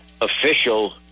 official